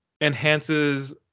enhances